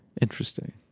Interesting